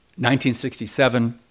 1967